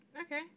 Okay